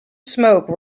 smoke